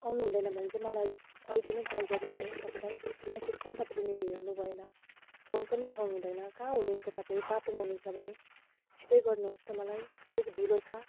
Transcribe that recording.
आउनु हुँदैन भने चाहिँ मलाई अहिले नै कल गरिहाल्नुहोस् तपाईँलाई मेसेज पनि तपाईँले मेरो हेर्नु भएन फोन पनि उठाउनु हुँदैन कहाँ हुनुहुन्छ तपाईँ बाटोमा हुनुहुन्छ भने छिटै गर्नुहोस् त मलाई अलिक ढिलो छ